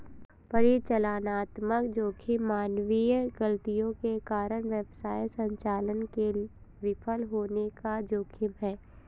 परिचालनात्मक जोखिम मानवीय गलतियों के कारण व्यवसाय संचालन के विफल होने का जोखिम है